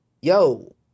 yo